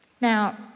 Now